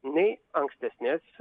nei ankstesnės